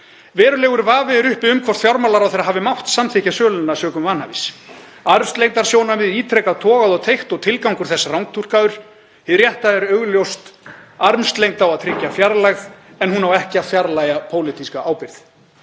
Verulegur vafi er uppi um hvort fjármálaráðherra hafi mátt samþykkja söluna sökum vanhæfis. Armslengdarsjónarmiðið ítrekað togað og teygt og tilgangur þess rangtúlkaður. Hið rétta er augljóst; armslengd á að tryggja fjarlægð en hún á ekki að fjarlægja pólitíska ábyrgð.